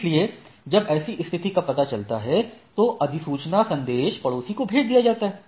इसलिए जब ऐसी स्थिति का पता चलता है तो अधिसूचना संदेश पड़ोसी को भेज दिया जाता है